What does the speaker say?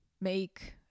make